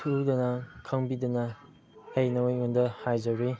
ꯊꯨꯗꯅ ꯈꯪꯕꯤꯗꯨꯅ ꯑꯩ ꯅꯣꯏꯉꯣꯟꯗ ꯍꯥꯏꯖꯔꯤ